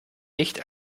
nicht